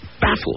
baffled